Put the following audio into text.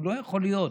הוא לא יכול להיות.